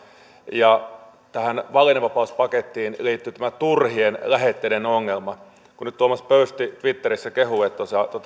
ja tähän valinnanvapauspakettiin liittyy turhien lähetteiden ongelma kun nyt tuomas pöysti twitterissä kehuu että